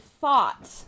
thought